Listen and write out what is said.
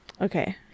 Okay